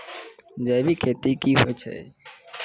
जैविक खेती की होय छै?